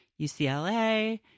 UCLA